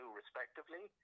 respectively